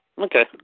Okay